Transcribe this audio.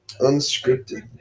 Unscripted